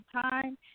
time